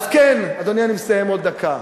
אז כן, אדוני, אני מסיים בעוד דקה.